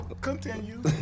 Continue